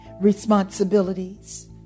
responsibilities